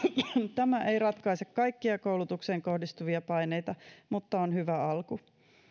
tämä ei ratkaise kaikkia koulutukseen kohdistuvia paineita mutta on hyvä alku